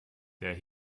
der